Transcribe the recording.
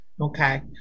Okay